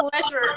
pleasure